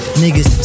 niggas